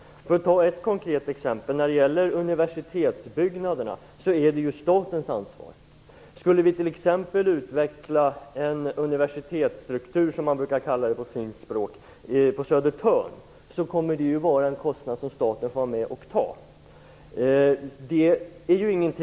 Låt mig ta ett konkret exempel. Universitetsbyggnaderna faller under statens ansvar. Skulle vi t.ex. utveckla en universitetsstruktur - som det heter på ett fint språk - på Södertörn innebär det en kostnad som staten får vara med och stå för. Det är inte oklart.